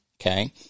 Okay